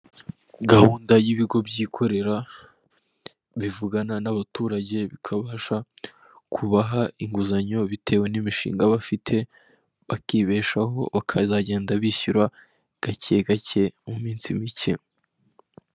Gahunda y'ibigo byikorera bivugana n'abaturage bikabasha kubaha inguzanyo bitewe n'imishinga bafite bakibeshaho bakazagenda bishyura gake gake mu minsi mike.